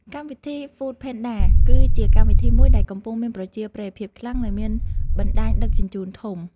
កម្មវិធីហ្វូតផេនដា គឺជាកម្មវិធីមួយដែលកំពុងមានប្រជាប្រិយភាពខ្លាំង និងមានបណ្ដាញដឹកជញ្ជូនធំ។